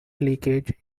leakage